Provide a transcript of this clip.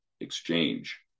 Exchange